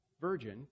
virgin